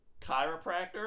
Chiropractor